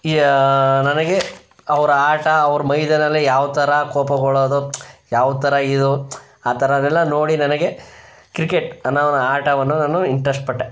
ನನಗೆ ಅವರ ಆಟ ಅವ್ರು ಮೈದಾನ್ದಲ್ಲಿ ಯಾವ ಥರ ಕೋಪಗೊಳ್ಳೋದು ಯಾವ ಥರ ಇದು ಆ ಥರದ್ದೆಲ್ಲ ನೋಡಿ ನನಗೆ ಕ್ರಿಕೆಟ್ ಅನ್ನೋ ಆಟವನ್ನು ನಾನು ಇಂಟ್ರಶ್ಟ್ ಪಟ್ಟೆ